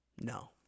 No